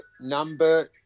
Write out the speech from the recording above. number